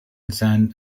sant